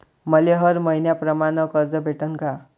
मले हर मईन्याप्रमाणं कर्ज भेटन का?